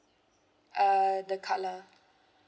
uh the colour